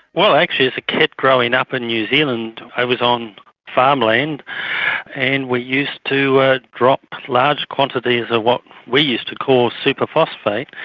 well, actually as a kid growing up in new zealand i was on farmland and we used to drop large quantities of what we used to call superphosphate,